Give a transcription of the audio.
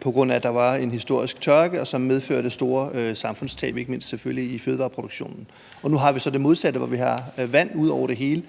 på grund af en historisk tørke, som medførte store samfundstab, ikke mindst, selvfølgelig, i fødevareproduktionen. Nu har vi så det modsatte, hvor vi har vand ud over det hele.